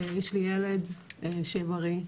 יש לי ילד שיהיה בריא,